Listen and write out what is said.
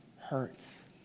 hurts